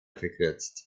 verkürzt